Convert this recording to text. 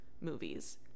movies